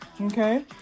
okay